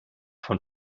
von